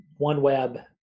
OneWeb